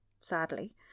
sadly